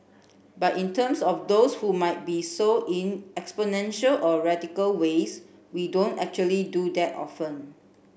but in terms of those who might be so in exponential or radical ways we don't actually do that often